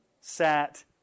sat